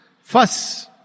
Fuss